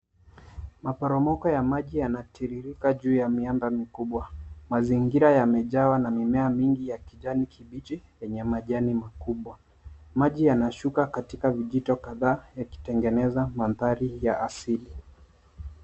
Maporomoko ya maji yanatiririka juu ya miamba mikubwa. Mazingira yamejawa na mimea mingi ya kijani kibichi yenye majani makubwa. Maji yanashuka katika vijito kadhaa yakitegeneza mandhari ya asili.